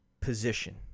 position